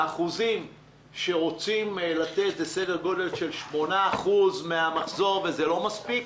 האחוזים שרוצים לתת הם בסדר גודל של 8% מן המחזור וזה לא מספיק,